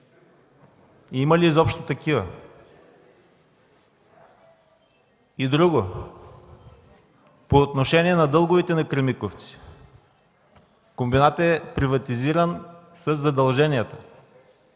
има ли изобщо такива? Друго, по отношение на дълговете на „Кремиковци”. Комбинатът е приватизиран със задълженията.